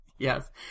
Yes